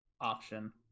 option